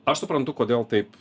aš suprantu kodėl taip